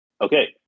Okay